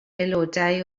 aelodau